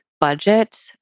budget